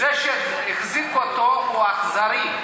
זה שהחזיק אותו הוא אכזרי,